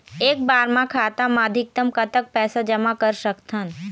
एक बार मा खाता मा अधिकतम कतक पैसा जमा कर सकथन?